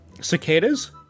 Cicadas